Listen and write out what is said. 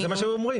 זה מה שהם אומרים.